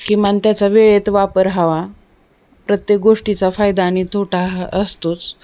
किमान त्याचा वेळेत वापर हवा प्रत्येक गोष्टीचा फायदा आणि तोटा हा असतोच